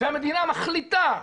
והמדינה מחליטה,